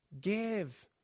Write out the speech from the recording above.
give